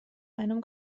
einem